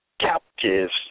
captives